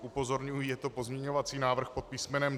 Upozorňuji, je to pozměňovací návrh pod písmenem D.